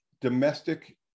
domestic